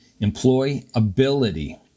employability